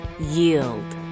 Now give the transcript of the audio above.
yield